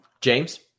James